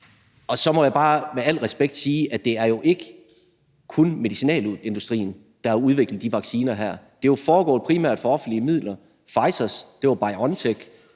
Så må jeg bare med al respekt sige, at det ikke kun er medicinalindustrien, der har udviklet de her vacciner, men at det jo primært er foregået for offentlige midler. Pfizers var fra BioNTech,